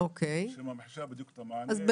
שממחישה את המענה.